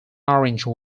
orange